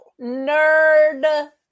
Nerd